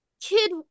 kid